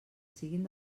siguin